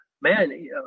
man